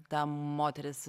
ta moteris